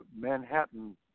Manhattan